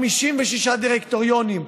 56 דירקטוריונים.